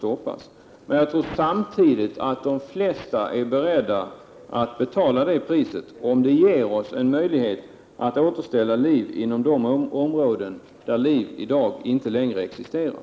Jag tror att de flesta människor är beredda att betala priset om åtgärderna ger oss möjlighet att återskapa liv i de områden där liv i dag inte längre existerar.